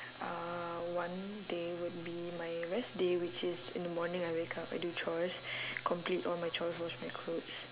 uh one day would be my rest day which is in the morning I wake up I do chores complete all my chores wash my clothes